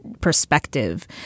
perspective